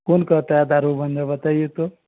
कौन कहता है दारू बंद है बताईए तो